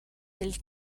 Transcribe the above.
nel